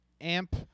amp